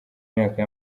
myaka